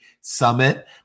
summit